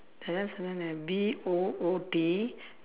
there the B O O T